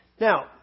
Now